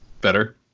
better